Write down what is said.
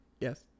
yes